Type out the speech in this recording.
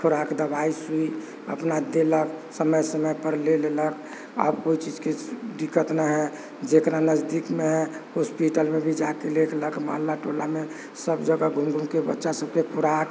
खुराक दवाइ सुइ अपना देलक समय समयपर लऽ लेलक आब कोइ चीजके दिक्कत न हइ जकरा नजदीकमे हइ हॉस्पिटलमे भी जा कऽ लऽ लेलक मोहल्ला टोलामे सभजगह घूमि घूमि कऽ बच्चासभके खुराक